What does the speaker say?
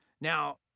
now